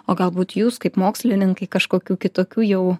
o galbūt jūs kaip mokslininkai kažkokių kitokių jau